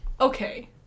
Okay